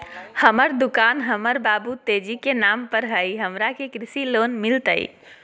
हमर दुकान हमर बाबु तेजी के नाम पर हई, हमरा के कृषि लोन मिलतई?